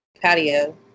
patio